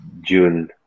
June